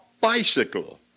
bicycle